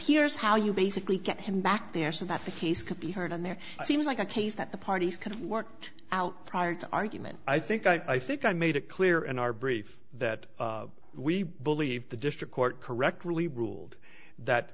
here's how you basically get him back there so that the case could be heard and there seems like a case that the parties could have worked out prior to argument i think i think i made it clear in our brief that we believe the district court correctly ruled that